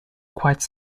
quite